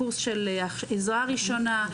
לקורס של עזרה ראשונה,